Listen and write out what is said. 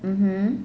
mmhmm